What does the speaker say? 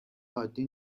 عادی